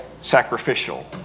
sacrificial